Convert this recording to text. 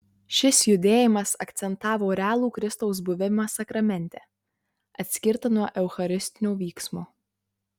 šis judėjimas akcentavo realų kristaus buvimą sakramente atskirtą nuo eucharistinio vyksmo